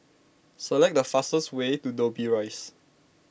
select the fastest way to Dobbie Rise